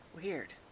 Weird